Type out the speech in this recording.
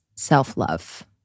self-love